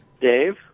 Dave